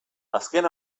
azken